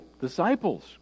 disciples